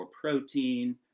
protein